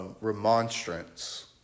remonstrance